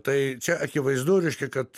tai čia akivaizdu reiškia kad